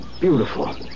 Beautiful